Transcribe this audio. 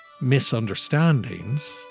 misunderstandings